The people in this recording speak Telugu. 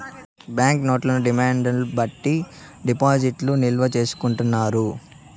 బాంక్ నోట్లను డిమాండ్ బట్టి డిపాజిట్లు నిల్వ చేసుకుంటారు